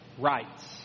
rights